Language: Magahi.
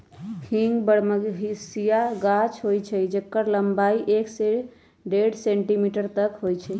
हींग बरहमसिया गाछ होइ छइ जेकर लम्बाई एक से डेढ़ सेंटीमीटर तक होइ छइ